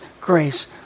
grace